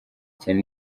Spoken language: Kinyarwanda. cyane